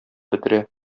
бетерә